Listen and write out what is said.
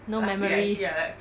no memory